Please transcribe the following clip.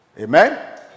Amen